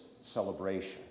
celebration